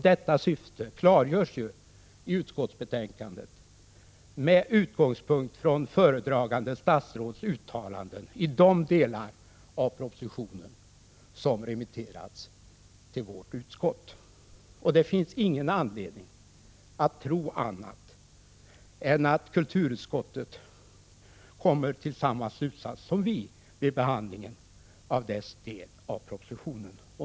Detta syfte klargörs i utskottsbetänkandet med utgångspunkt i föredragande statsråds uttalanden i de delar av propositionen som remitterats till vårt utskott. Det finns ingen anledning att tro annat än att kulturutskottet kommer till samma slutsats som vi vid behandlingen av dess del av propositionen.